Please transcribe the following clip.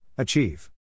Achieve